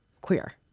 queer